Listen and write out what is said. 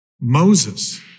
Moses